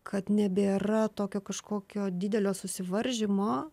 kad nebėra tokio kažkokio didelio susivaržymo